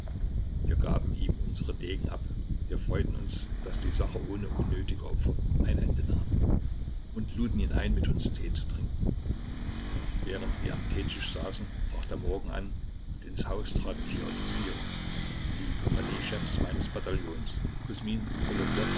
wir gaben ihm unsere degen ab wir freuten uns daß die sache ohne unnötige opfer ein ende nahm und luden ihn ein mit uns tee zu trinken während wir am teetisch saßen brach der morgen an und ins haus traten vier offiziere die kompagniechefs meines bataillons